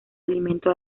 alimento